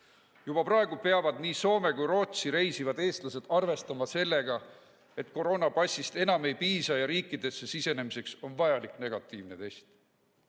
Juba praegu peavad nii Soome kui ka Rootsi reisivad eestlased arvestama sellega, et koroonapassist enam ei piisa ja riikidesse sisenemiseks on vaja ette näidata negatiivne test.